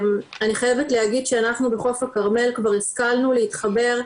אני חייבת להגיד שאנחנו בחוף הכרמל כבר השכלנו להתחבר,